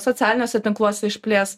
socialiniuose tinkluose išplės